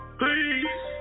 please